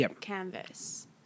canvas